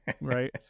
right